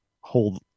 hold